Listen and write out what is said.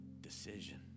decision